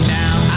now